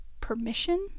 Permission